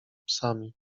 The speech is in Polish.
psami